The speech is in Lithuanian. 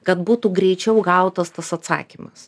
kad būtų greičiau gautas tas atsakymas